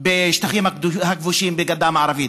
בשטחים הכבושים, בגדה המערבית.